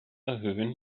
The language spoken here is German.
erhöhen